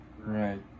Right